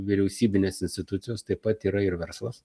vyriausybinės institucijos taip pat yra ir verslas